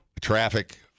Traffic